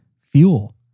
fuel